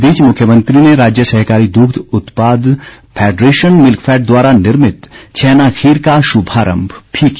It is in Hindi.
इस बीच मुख्यमंत्री ने राज्य सहकारी दुग्ध उत्पाद फैडरेशन मिल्कफैड द्वारा निर्मित छैना खीर का शुभारम्भ भी किया